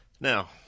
Now